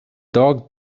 dog